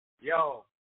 yo